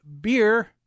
beer